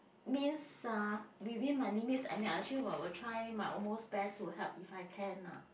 means uh within my limits I mean I actually will will try my almost best to help if I can lah